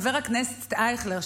חבר הכנסת אייכלר,